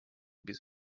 без